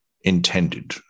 intended